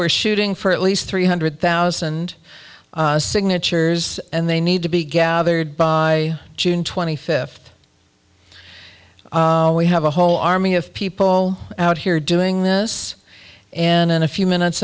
we're shooting for at least three hundred thousand signatures and they need to be gathered by june twenty fifth we have a whole army of people out here doing this and in a few minutes